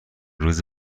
روز